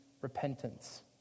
repentance